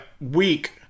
week